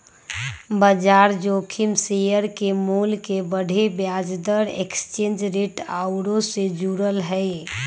बजार जोखिम शेयर के मोल के बढ़े, ब्याज दर, एक्सचेंज रेट आउरो से जुड़ल हइ